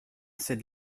sed